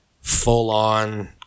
full-on